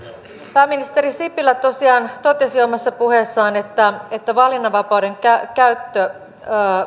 pääministeri sipilä tosiaan totesi omassa puheessaan että että valinnanvapauden käyttö